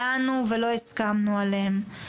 דנו ולא הסכמנו עליהם.